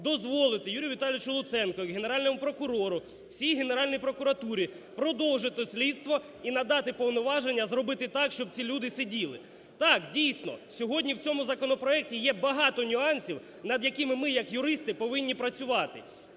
дозволити Юрію Віталійовичу Луценку як Генеральному прокурору, всій Генеральній прокуратурі продовжити слідство і надати повноваження зробити так, щоб ці люди сиділи. Так, дійсно, сьогодні в цьому законопроекті є багато нюансів над якими ми як юристи повинні працювати.